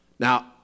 Now